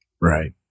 Right